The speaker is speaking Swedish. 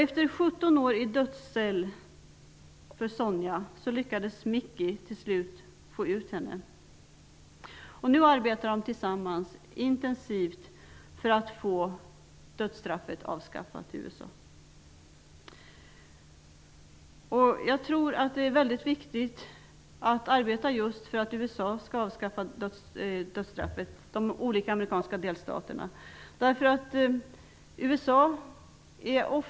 Efter det att Sonia hade suttit 17 år i dödscell lyckades Micki få ut henne. Nu arbetar de tillsammans intensivt för att få dödsstraffet avskaffat i USA. Det är viktigt att just arbeta för att de olika amerikanska delstaterna skall avskaffa dödsstraffet.